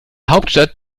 hauptstadt